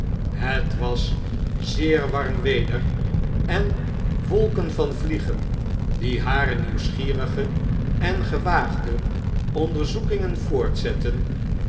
het was zeer warm weder en wolken van vliegen die hare nieuwsgierige en gewaagde onderzokingen voortzetten